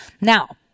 Now